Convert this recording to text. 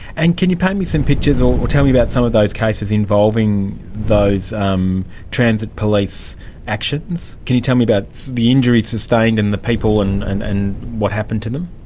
and can you paint me some pictures or tell me about some of those cases involving those um transit police actions? can you tell me about the injuries sustained and the people and and and what happened to them?